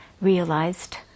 realized